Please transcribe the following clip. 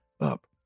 up